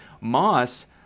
moss